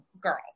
girl